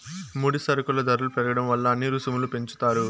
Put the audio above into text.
ముడి సరుకుల ధరలు పెరగడం వల్ల అన్ని రుసుములు పెంచుతారు